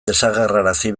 desagerrarazi